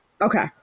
Okay